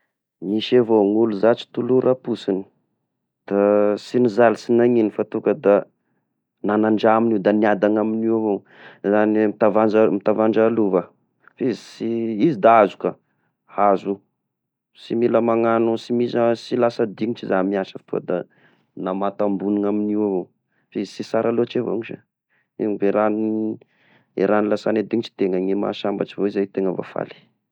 Misy avao ny oly satry toloram-posiny, da sy nizaly sy nagnino fa tonga da manan-draha amignio da mihadana amignio avao, zany mitava- mitavandra lova ah, f'izy sy, izy da azo ka, azo sy mila magnano, sy mila magnano sy mila sy lasa dinitry zagny miasa fô da mamantam-bonigna amignio ao, f'izy sy sara loatry avao io sa, io zay rah-n-zay raha nilasaha ny dinitry ny tegna mahasambatry da izay tegna mahafaly.